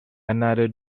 another